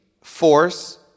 force